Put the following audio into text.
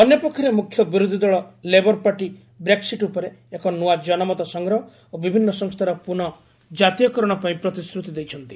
ଅନ୍ୟପକ୍ଷରେ ମୁଖ୍ୟ ବିରୋଧୀଦଳ ଲେବର ପାର୍ଟି ବ୍ରେକ୍ସିଟ୍ ଉପରେ ଏକ ନୂଆ ଜନମତ ସଂଗ୍ରହ ଓ ବିଭିନ୍ନ ସଂସ୍ଥାର ପୁନଃ ଜାତୀୟକରଣ ପାଇଁ ପ୍ରତିଶ୍ରୁତି ଦେଇଛନ୍ତି